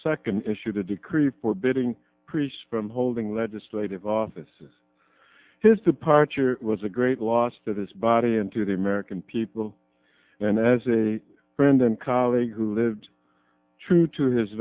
second issued a decree for building priests from holding legislative office his departure was a great loss to this body and to the american people and as a friend and colleague who lived true to his